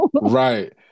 Right